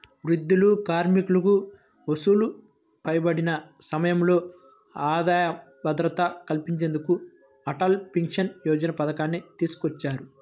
వృద్ధులు, కార్మికులకు వయసు పైబడిన సమయంలో ఆదాయ భద్రత కల్పించేందుకు అటల్ పెన్షన్ యోజన పథకాన్ని తీసుకొచ్చారు